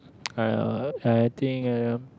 uh I think I am